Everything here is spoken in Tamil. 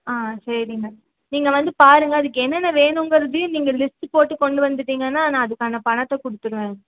ஆ சரிங்க நீங்கள் வந்து பாருங்க அதுக்கு என்னென்ன வேணுங்கிறதையும் நீங்கள் லிஸ்ட்டு போட்டு கொண்டு வந்துட்டீங்கன்னால் நான் அதுக்கான பணத்தை கொடுத்துடுவேன்